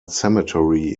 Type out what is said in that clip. cemetery